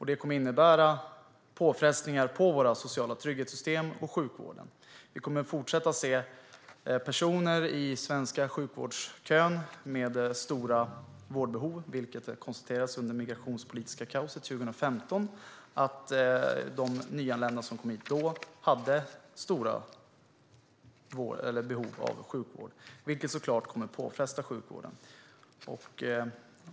Det kommer att innebära påfrestningar på våra sociala trygghetssystem och sjukvården. Vi kommer att fortsätta att se personer i den svenska sjukvårdskön med stora vårdbehov. Det konstaterades att de som anlände under det migrationspolitiska kaoset 2015 hade stora behov av sjukvård, vilket såklart kom att utgöra en påfrestning på sjukvården.